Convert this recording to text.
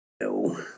No